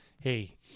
Hey